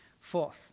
Fourth